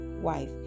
wife